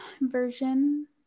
version